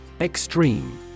Extreme